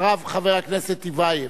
אחריו, חבר הכנסת טיבייב.